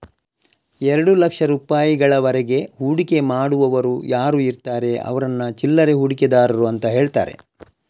ಎರಡು ಲಕ್ಷ ರೂಪಾಯಿಗಳವರೆಗೆ ಹೂಡಿಕೆ ಮಾಡುವವರು ಯಾರು ಇರ್ತಾರೆ ಅವ್ರನ್ನ ಚಿಲ್ಲರೆ ಹೂಡಿಕೆದಾರರು ಅಂತ ಹೇಳ್ತಾರೆ